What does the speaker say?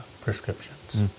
prescriptions